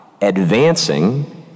advancing